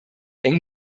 eng